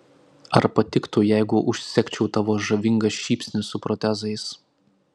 ar patiktų jeigu užsegčiau tavo žavingą šypsnį su protezais